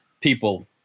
people